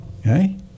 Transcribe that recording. Okay